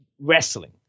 wrestling